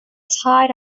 tied